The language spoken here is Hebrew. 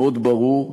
מאוד ברור,